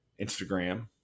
Instagram